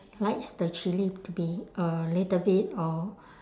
likes the chilli to be a little bit or